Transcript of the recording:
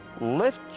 lift